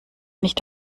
nicht